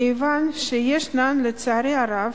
כיוון שיש לנו, לצערי הרב,